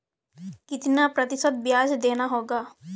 कितना प्रतिशत ब्याज देना होगा?